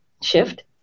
shift